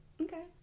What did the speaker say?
Okay